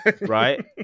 right